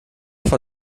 von